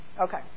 Okay